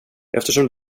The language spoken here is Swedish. eftersom